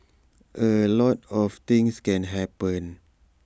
A lot of things can happen